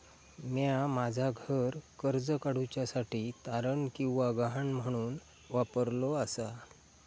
म्या माझा घर कर्ज काडुच्या साठी तारण किंवा गहाण म्हणून वापरलो आसा